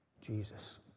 Jesus